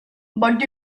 but